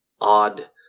odd